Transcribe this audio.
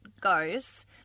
goes